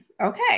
Okay